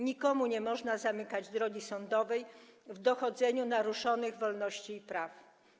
Nikomu nie można zamykać drogi sądowej w dochodzeniu naruszonych wolności i praw.